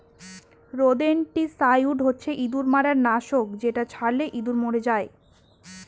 rodenticide হচ্ছে ইঁদুর মারার নাশক যেটা ছড়ালে ইঁদুর মরে যায়